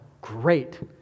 great